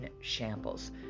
shambles